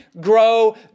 grow